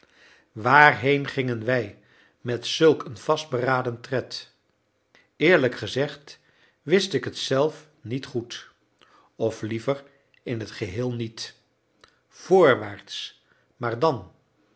waarheen gingen wij met zulk een vastberaden tred eerlijk gezegd wist ik het zelf niet goed of liever in het geheel niet voorwaarts maar dan